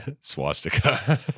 swastika